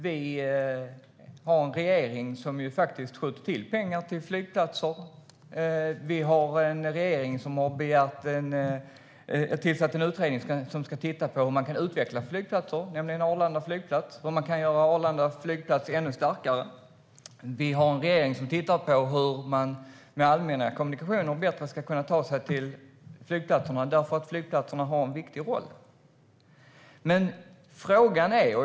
Vi har en regering som har skjutit till pengar till flygplatser, som har tillsatt en utredning som ska titta på hur man kan utveckla Arlanda flygplats och göra den ännu starkare och som tittar på hur man bättre ska kunna ta sig till flygplatserna med allmänna kommunikationer, därför att flygplatserna har en viktig roll.